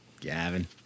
Gavin